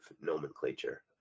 nomenclature